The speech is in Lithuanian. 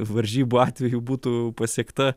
varžybų atveju būtų pasiekta